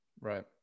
right